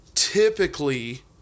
Typically